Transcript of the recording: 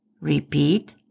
Repeat